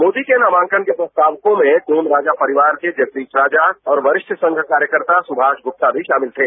मोदी के नामांकन के प्रस्तावको में पूर्ण राजा परिवार के जगदीश राजा और वरिष्ठ संघ कार्यकर्ता सुभाष गुप्ता भी शामिल थे